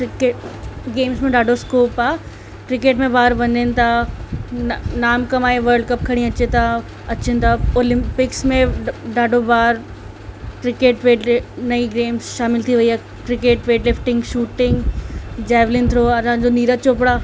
cricket games में ॾाढो scope आहे क्रिकेट में ॿार वञनि था न नाम कमाए व्लर्डकप खणी अचे था अचनि था ओलम्पिक्स में ॾाढो ॿार क्रिकेट फेडे नई गेम्स शामिलु थी वई आहे cricket weight lifting shooting javelin throw हुन जो नीरज चौपड़ा